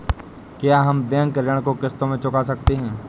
क्या हम बैंक ऋण को किश्तों में चुका सकते हैं?